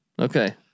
Okay